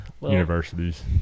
universities